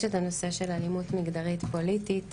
יש את הנושא של אלימות מגדרית פוליטית,